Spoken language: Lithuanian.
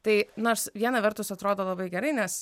tai nors viena vertus atrodo labai gerai nes